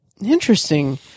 Interesting